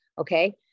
Okay